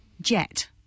jet